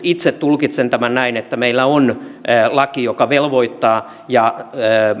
itse tulkitsen tämän näin että meillä on laki joka velvoittaa ja